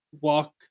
walk